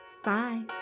Bye